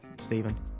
Stephen